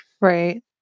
Right